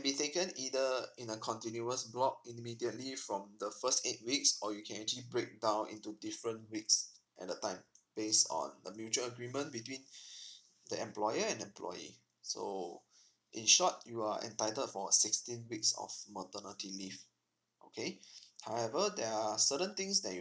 taken either in a continuous block immediately from the first eight weeks or you can actually breakdown into different weeks at a time based on a mutual agreement between the employer and employee so in short you are entitled for sixteen weeks of maternity leave okay however there are certain things that you